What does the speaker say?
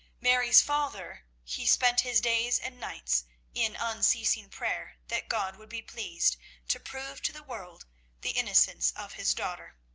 mary's father, he spent his days and nights in unceasing prayer that god would be pleased to prove to the world the innocence of his daughter.